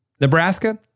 Nebraska